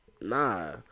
Nah